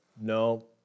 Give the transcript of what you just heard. No